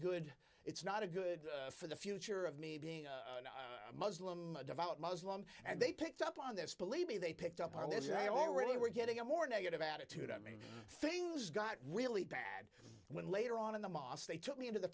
good it's not a good for the future of me being a muslim a devout muslim and they picked up on this believe me they picked up on this they already were getting a more negative attitude i mean things got really bad when later on in the mosque they took me into the